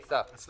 אסף.